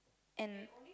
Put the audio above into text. and